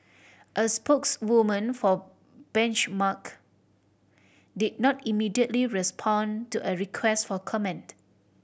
a spokeswoman for Benchmark did not immediately respond to a request for comment